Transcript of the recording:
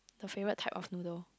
the favourite type of noodle